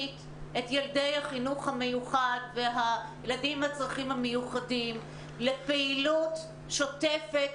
את ילדי החינוך המיוחד והילדים עם הצרכים המיוחדים לפעילות שוטפת,